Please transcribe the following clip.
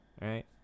right